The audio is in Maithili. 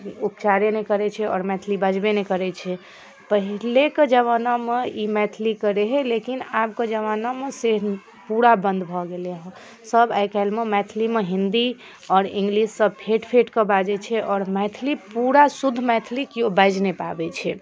उपचारे नहि करै छै आओर मैथिली बजबे नहि करै छै पहिलेके जमानामे ई मैथिलीके रहै लेकिन आबके जमानामे से पूरा बन्द भऽ गेलै है सभ आइ काल्हिमे मैथिलीमे हिन्दी आओर इंग्लिश सभ फेँट फेँट कऽ बाजै छै आओर मैथिली पूरा शुद्ध मैथिली केओ बाजि नहि पाबै छै